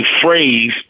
phrase